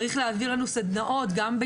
הם אמרו שצריך להעביר להם סדנאות ביתיות,